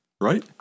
Right